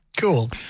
Cool